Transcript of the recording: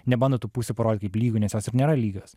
nebando tų pusių parodyt kaip lygių nes jos ir nėra lygios